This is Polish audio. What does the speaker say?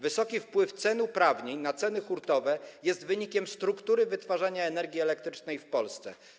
Wysoki wpływ cen uprawnień na ceny hurtowe jest wynikiem struktury wytwarzania energii elektrycznej w Polsce.